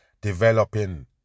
developing